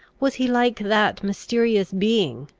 was he like that mysterious being,